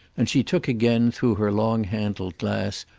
and she took again, through her long-handled glass,